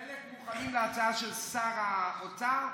חלק מוכנים להצעה של שר האוצר,